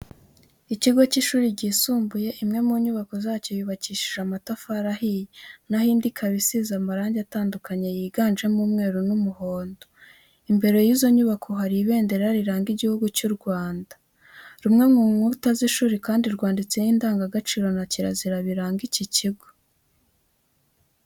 Ikigo cy'ishuri ryisumbuye, imwe mu nyubako zacyo yubakishije amatafari ahiye na ho indi ikaba isize amarangi atandukanye yiganjemo umweru n'umuhondo. Imbere y'izo nyubako hari iberendera riranga Igihugu cy'u Rwanda. Rumwe mu nkuta z'ishuri kandi rwanditseho ingandagaciro na kirazira biranga iki kigo.